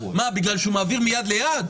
מה, בגלל שהוא מעביר מיד ליד?